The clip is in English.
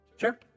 Sure